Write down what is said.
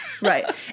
right